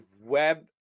web